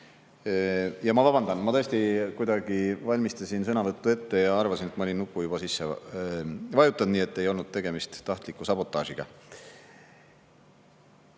Ja ma vabandan. Ma tõesti kuidagi valmistasin sõnavõttu ette ja arvasin, et ma olin nuppu juba vajutanud, nii et ei olnud tegemist tahtliku sabotaažiga. Nüüd